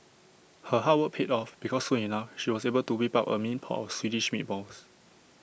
her hard work paid off because soon enough she was able to whip up A mean pot of Swedish meatballs